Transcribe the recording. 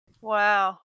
Wow